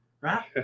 right